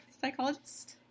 Psychologist